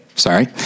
sorry